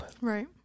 Right